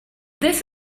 this